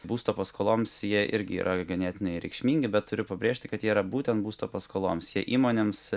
būsto paskoloms jie irgi yra ganėtinai reikšmingi bet turiu pabrėžti kad jie yra būtent būsto paskoloms jie įmonėms